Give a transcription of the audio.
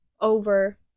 over